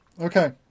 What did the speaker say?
Okay